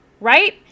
right